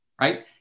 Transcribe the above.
right